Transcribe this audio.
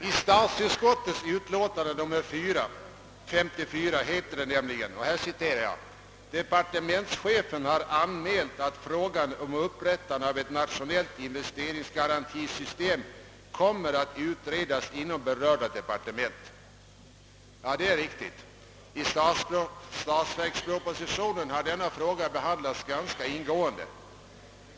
I statsutskottets utlåtande nr 54 står det så här: »Departementschefen har anmält att frågan om upprättande av ett nationellt investeringsgarantisystem kommer att utredas inom berörda departement.» Ja, det är riktigt. I statsverkspropositionen har denna fråga behandlats ganska ingående.